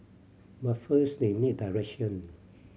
but first they need direction